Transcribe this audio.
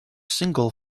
single